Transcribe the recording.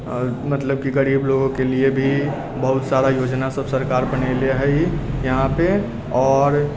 मतलब कि गरीब लोकके लिए भी बहुत सारा योजनासब सरकार बनेले हइ यहाँपर आओर